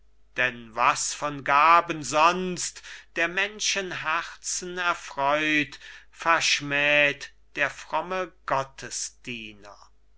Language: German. denn was von gaben sonst der menschen herzen erfreut verschmäht der fromme